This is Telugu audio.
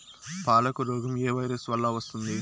పాలకు రోగం ఏ వైరస్ వల్ల వస్తుంది?